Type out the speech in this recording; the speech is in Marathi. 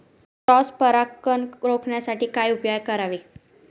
क्रॉस परागकण रोखण्यासाठी काय उपाय करावे?